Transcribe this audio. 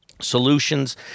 Solutions